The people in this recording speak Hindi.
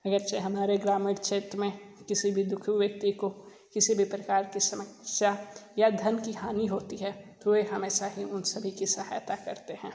अगरचे हमारे ग्रामीण क्षेत्र में किसी भी दुखी व्यक्ति को किसी भी प्रकार की समस्या या धन की हानि होती है तो वे हमेशा ही उन सभी की सहायता करते हैं